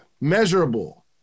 Measurable